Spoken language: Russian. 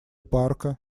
парка